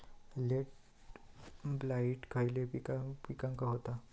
Late blight खयले पिकांका होता?